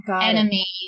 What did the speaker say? enemy